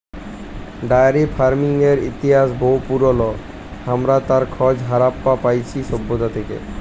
diary ফার্মিংয়ের ইতিহাস বহু পুরল, হামরা তার খজ হারাপ্পা পাইছি সভ্যতা থেক্যে